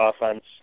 offense